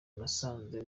nasanze